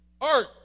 Art